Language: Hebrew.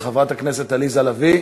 חברת הכנסת עליזה לביא.